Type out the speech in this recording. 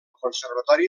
conservatori